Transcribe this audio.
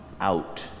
out